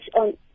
on